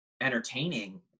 entertaining